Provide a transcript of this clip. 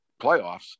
playoffs